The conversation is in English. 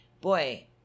boy